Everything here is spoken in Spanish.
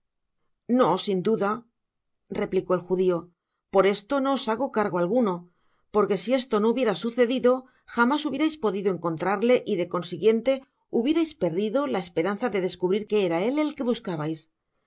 no siu duda replicó el judiopor esto no os hago cargo alguno porque si esto no hubiera sucedido jamás hubierais podido encontrarle y de consiguiente hubierais perdido la esperanza de descubrir que era él el que buscabais como